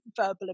verbal